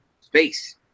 space